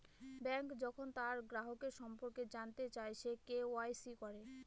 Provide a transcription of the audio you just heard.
bank যখন তার গ্রাহকের সম্পর্কে জানতে চায়, সে কে.ওয়া.ইসি করে